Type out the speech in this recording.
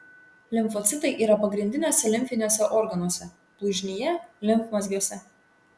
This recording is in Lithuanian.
limfocitai yra pagrindiniuose limfiniuose organuose blužnyje limfmazgiuose